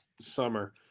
summer